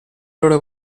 loro